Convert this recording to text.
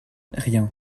rien